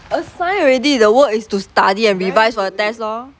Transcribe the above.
assign already the work is to study and revise for test lor